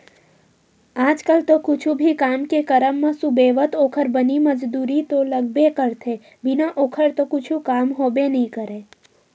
आज कल तो कुछु भी काम के करब म सुबेवत ओखर बनी मजदूरी तो लगबे करथे बिना ओखर तो कुछु काम होबे नइ करय